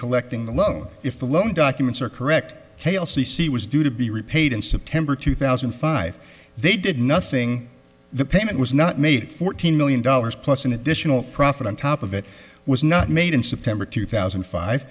collecting the loan if the loan documents are correct k l c c was due to be repaid in september two thousand and five they did nothing the payment was not made fourteen million dollars plus an additional profit on top of it was not made in september two thousand